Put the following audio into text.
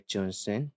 Johnson